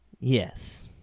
Yes